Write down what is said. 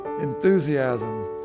enthusiasm